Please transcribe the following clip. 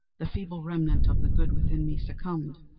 the feeble remnant of the good within me succumbed.